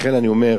לכן אני אומר,